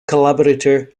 collaborator